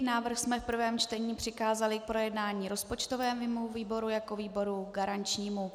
Návrh jsme v prvém čtení přikázali k projednání rozpočtovému výboru jako výboru garančnímu.